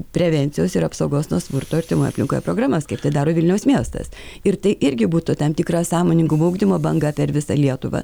prevencijos ir apsaugos nuo smurto artimoj aplinkoj programas kaip tai daro vilniaus miestas ir tai irgi būtų tam tikra sąmoningumo ugdymo banga per visą lietuvą